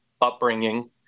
upbringing